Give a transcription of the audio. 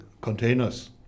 containers